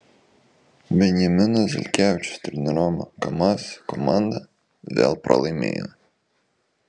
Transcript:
benjamino zelkevičiaus treniruojama kamaz komanda vėl pralaimėjo